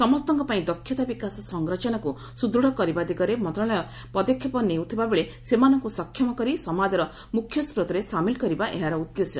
ସମସ୍ତଙ୍କ ପାଇଁ ଦକ୍ଷତା ବିକାଶ ସଂରଚନାକୁ ସୁଦୃଢ଼ କରିବ ଦିଗରେ ମନ୍ତାଳୟ ନେଉଥିବା ପଦକ୍ଷେପ ନିଆଯାଉଥିବା ବେଳେ ସେମାନଙ୍କୁ ସକ୍ଷମ କରି ସମାଜର ମୁଖ୍ୟ ସ୍ରୋତରେ ସାମିଲ କରିବା ଏହାର ଉଦ୍ଦେଶ୍ୟ